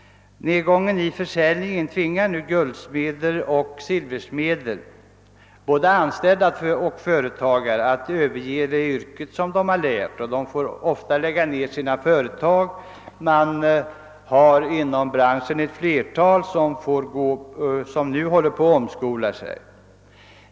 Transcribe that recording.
Nedgången i försäljningen tvingar nu guldoch silversmeder, både anställda och företagare, att överge det yrke de lärt sig. Ofta måste företag läggas ned. Ett flertal personer inom branschen håller på att omskola sig.